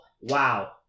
wow